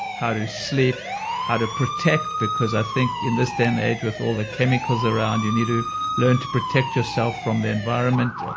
how to sleep how to protect. because i think in this day and age with all the chemicals around, you need to learn to protect yourself from the environment,